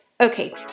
Okay